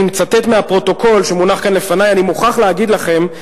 ואני מצטט מהפרוטוקול שמונח כאן לפני: אני מוכרח להגיד לכם,